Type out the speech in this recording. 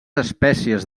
espècies